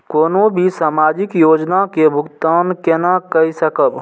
कोनो भी सामाजिक योजना के भुगतान केना कई सकब?